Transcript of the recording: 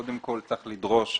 שקודם כל צריך לדרוש,